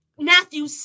Matthew